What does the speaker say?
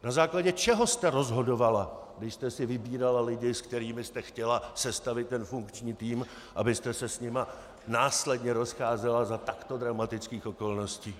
Na základě čeho jste rozhodovala, když jste si vybírala lidi, se kterými jste chtěla sestavit funkční tým, abyste se s nimi následně rozcházela za takto dramatických okolností?